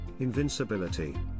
Invincibility